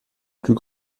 plus